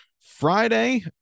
Friday